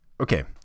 okay